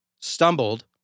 stumbled